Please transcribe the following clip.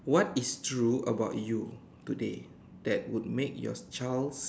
what is true about you today that would make your child